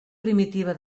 primitiva